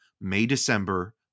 May-December